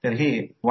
M12 M21 M असे आहे